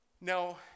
Now